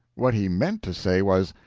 what he meant to say was,